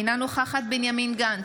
אינה נוכחת בנימין גנץ,